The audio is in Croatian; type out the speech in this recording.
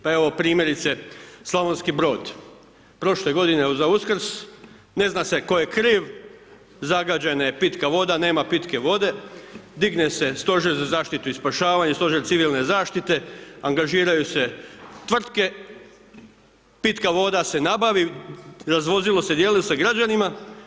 Pa evo primjerice, Slavonski Brod, prošle godine za Uskrs, ne zna se tko je kriv, zagađena je pitka voda, nema pitke vode, digne se Stožer za zaštitu i spašavanje, Stožer civilne zaštite, angažiraju se tvrtke, pitka voda se nabavi, razvozilo se, dijelilo se građanima.